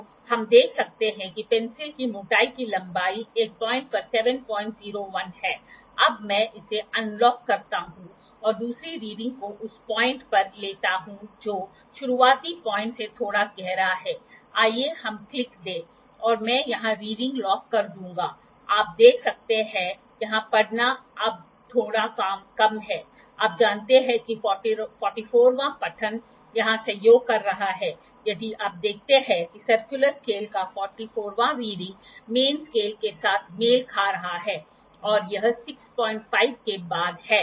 तो हम देख सकते हैं कि पेंसिल की मोटाई की लंबाई एक पाॅइंट पर 701 है अब मैं इसे अनलॉक करता हूं और दूसरी रीडिंग को उस पाॅइंट पर लेता हूं जो शुरुआती पाॅइंट से थोड़ा गहरा है आइए हम क्लिक दें और मैं यहाँ रीडिंग लॉक कर दूंगा आप देख सकते हैं यहाँ पढ़ना अब थोड़ा कम है आप जानते हैं कि 44 वाँ पठन यहाँ संयोग कर रहा है यदि आप देखते हैं कि सर्कुलर स्केल का 44 वाँ रीडिंग मेन स्केल के साथ मेल खा रहा है और यह 65 के बाद है